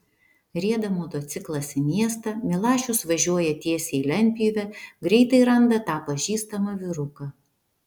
rieda motociklas į miestą milašius važiuoja tiesiai į lentpjūvę greitai randa tą pažįstamą vyruką